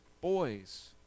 boys